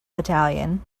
battalion